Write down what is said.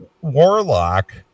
warlock